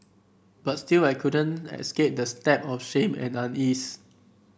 but still I couldn't escape the stab of shame and unease